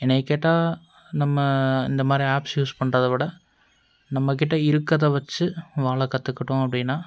என்னை கேட்டால் நம்ம இந்தமாதிரி ஆப்ஸ் யூஸ் பண்ணுறதவிட நம்மக்கிட்டே இருக்கிறதை வச்சு வாழ கற்றுக்கிட்டோம் அப்படினா